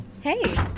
Hey